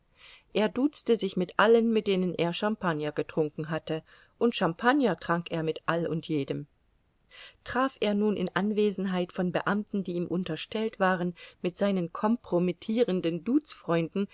er duzte sich mit allen mit denen er champagner getrunken hatte und champagner trank er mit all und jedem traf er nun in anwesenheit von beamten die ihm unterstellt waren mit seinen kompromittierenden duzfreunden